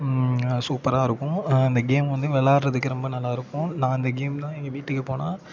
சூப்பராக இருக்கும் அந்த கேம் வந்து விளையாடுறதுக்கு ரொம்ப நல்லாயிருக்கும் நான் அந்த கேம் தான் எங்கள் வீட்டுக்குப் போனால்